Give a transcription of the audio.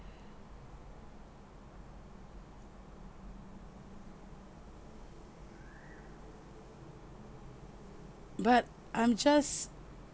but I'm just